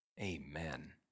Amen